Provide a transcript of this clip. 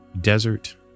desert